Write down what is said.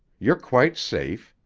you're quite safe.